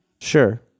Sure